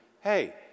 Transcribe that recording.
hey